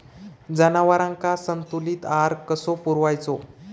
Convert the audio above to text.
जनावरांका संतुलित आहार कसो पुरवायचो?